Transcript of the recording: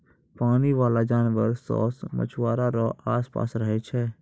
पानी बाला जानवर सोस मछुआरा रो आस पास रहै छै